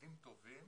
עובדים טובים